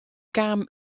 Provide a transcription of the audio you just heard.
kamen